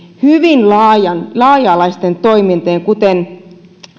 hyvin laaja alaisten toimintojen kuten